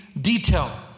detail